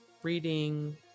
reading